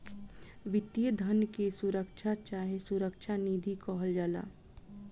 वित्तीय धन के सुरक्षा चाहे सुरक्षा निधि कहल जाला